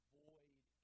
void